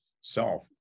self